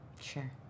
sure